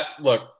look